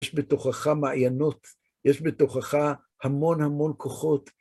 יש בתוככה מעיינות, יש בתוככה המון המון כוחות.